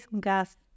gas